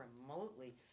remotely